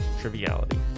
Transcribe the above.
Triviality